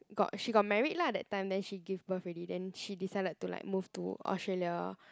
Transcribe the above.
got she got married lah that time then she gave birth already then she decided to like move to Australia